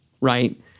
right